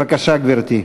בבקשה, גברתי.